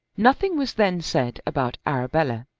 nothing was then said about arabella,